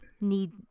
need